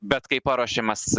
bet kai paruošiamas